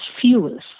fuels